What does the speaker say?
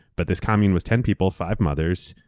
but this commune was ten people, five mothers,